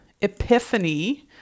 epiphany